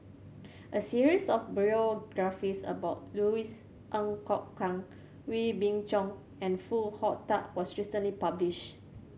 a series of biographies about Louis Ng Kok Kwang Wee Beng Chong and Foo Hong Tatt was recently published